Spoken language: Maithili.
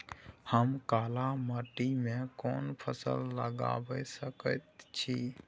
हम काला माटी में कोन फसल लगाबै सकेत छी?